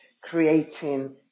creating